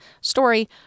story